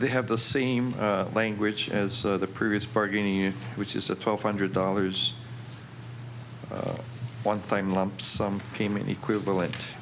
they have the same language as the previous bargaining which is a twelve hundred dollars one time lump sum payment equivalent